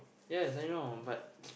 yes I know but